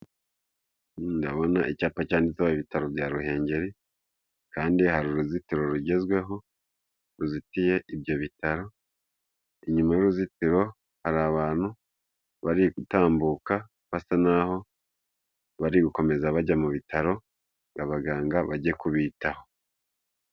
Ndabona icyapa cyanditseho ibitaro bya Ruhengeri kandi hari uruzitiro rugezweho ruzitiye ibyo bitaro, inyuma y'uruzitiro hari abantu bari gutambuka basa naho bari gukomeza bajya mu bitaro ngo abaganga bajye kubitaho.